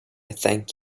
thank